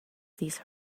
these